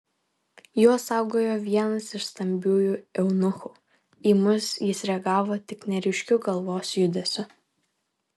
juos saugojo vienas iš stambiųjų eunuchų į mus jis reagavo tik neryškiu galvos judesiu